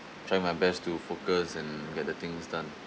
try my best to focus and get the things done